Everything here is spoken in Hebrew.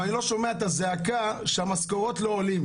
אבל אני לא שומע את הזעקה כשהמשכורות לא עולות.